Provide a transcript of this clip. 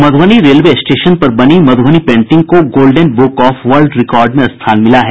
Madhubani railway station पर बनी Madhubani painting को golden book of world record में स्थान मिला है